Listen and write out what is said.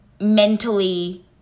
mentally